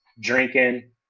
drinking